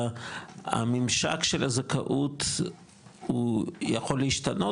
הממשק של הזכאות הוא יכול להשתנות,